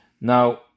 Now